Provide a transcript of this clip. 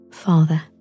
Father